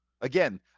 Again